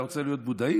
אתה רוצה להיות בודהיסט?